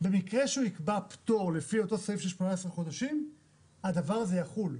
במקרה שהוא יקבע פטור לפי אותו סעיף של 18 חודשים הדבר הזה יחול.